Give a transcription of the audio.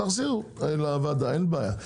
אין בעיה.